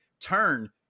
turn